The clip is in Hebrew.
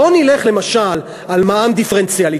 בוא נלך, למשל, על מע"מ דיפרנציאלי.